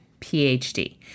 PhD